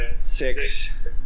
six